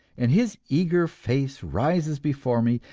and his eager face rises before me,